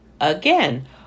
again